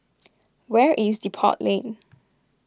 where is Depot Lane